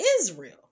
israel